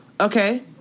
Okay